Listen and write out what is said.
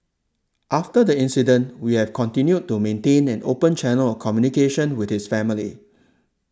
after the incident we have continued to maintain an open channel of communication with his family